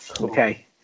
Okay